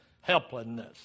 helplessness